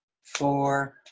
four